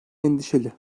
endişeli